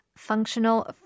Functional